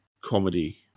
comedy